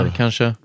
kanske